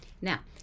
Now